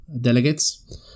delegates